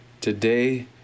today